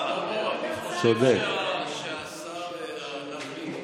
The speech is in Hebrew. אני חושב שהשר הלך להתפלל,